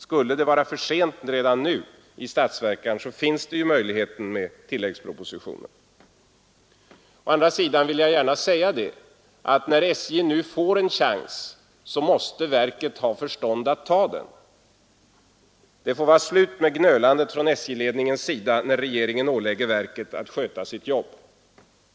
Skulle det vara för sent redan nu när det gäller statsverkspropositionen, finns ju möjligheten med tilläggspropositionen. Å andra sidan vill jag gärna säga att när SJ nu får en chans, så måste verket ha förstånd att ta den. Det får vara slut med gnölandet från SJ-ledningens sida när regeringen ålägger verket att sköta sitt jobb.